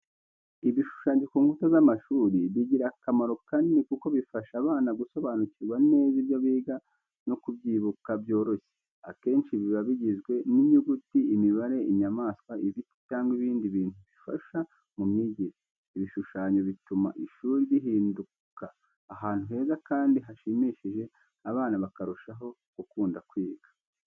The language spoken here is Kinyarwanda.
Ibishushanyo ku nkuta z'amashuri bigira akamaro kanini kuko bifasha abana gusobanukirwa neza ibyo biga no kubyibuka byoroshye. Akenshi biba bigizwe n'inyuguti, imibare, inyamanswa, ibiti cyangwa ibindi bintu bifasha mu myigire. Ibishushanyo bituma ishuri rihinduka ahantu heza kandi hashimishije abana bakarushaho gukunda kwiga.